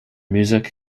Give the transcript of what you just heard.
music